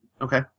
Okay